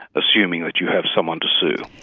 assuming that you have someone to sue.